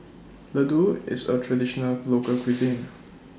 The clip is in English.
Ladoo IS A Traditional Local Cuisine